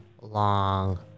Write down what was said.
long